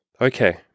okay